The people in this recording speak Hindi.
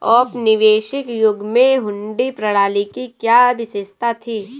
औपनिवेशिक युग में हुंडी प्रणाली की क्या विशेषता थी?